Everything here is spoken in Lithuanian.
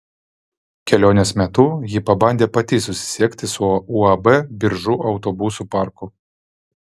kelionės metu ji pabandė pati susisiekti su uab biržų autobusų parku